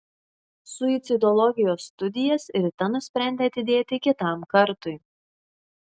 suicidologijos studijas rita nusprendė atidėti kitam kartui